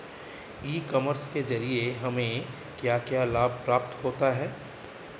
ई commerce के ज़रिए हमें क्या क्या लाभ प्राप्त होता है?